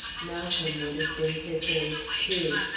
malcolm would have been his age, too.